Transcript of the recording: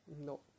no